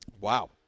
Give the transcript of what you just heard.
wow